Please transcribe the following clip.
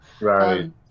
Right